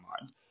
mind